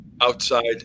outside